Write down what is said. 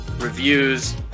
reviews